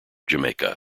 jamaica